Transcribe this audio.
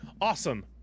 awesome